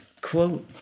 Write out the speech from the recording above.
quote